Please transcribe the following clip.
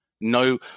no